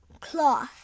Cloth